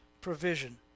provision